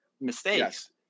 mistakes